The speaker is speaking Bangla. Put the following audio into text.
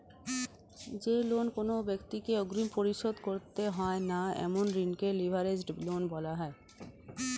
যে লোন কোনো ব্যাক্তিকে অগ্রিম পরিশোধ করতে হয় না এমন ঋণকে লিভারেজড লোন বলা হয়